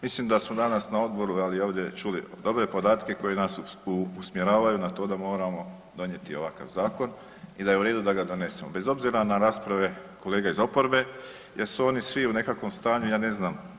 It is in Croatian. Mislim da smo danas na odboru čuli dobre podatke koji nas usmjeravamo na to da moramo donijeti ovakav zakon i da je u redu da ga donesemo bez obzira na rasprave kolega iz oporbe jer su oni svi u nekakvom stanju ja ne znam.